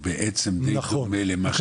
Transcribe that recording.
נכון,